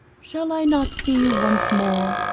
shall i not see you once more,